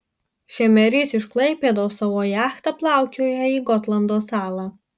šemerys iš klaipėdos savo jachta plaukioja į gotlando salą